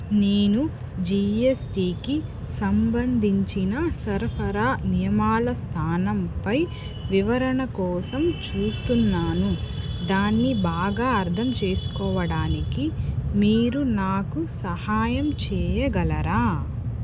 నేను జిఎస్టికి సంబంధించిన సరఫరా నియమాల స్థానంపై వివరణ కోసం చూస్తున్నాను దాన్ని బాగా అర్థం చేసుకోవడానికి మీరు నాకు సహాయం చెయ్యగలరా